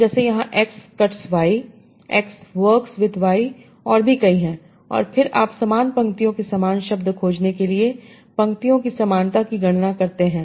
तो जैसे यहां X cuts Y X work with Y और भी कई है और फिर आप समान पंक्तियों के समान शब्द खोजने के लिए पंक्तियों की समानता की गणना करते हैं